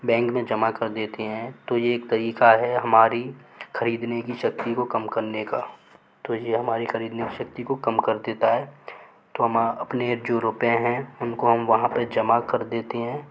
bank में जमा कर देते हैं तो ये एक तरीक़ा है हमारी ख़रीदने की शक्ति को कम करने का तो ये हमारी ख़रीदने की शक्ति को कम कर देता है तो हम अपने जो रुपये हैं उनको हम वहाँ पर जमा कर देते हैं